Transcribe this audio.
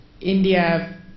India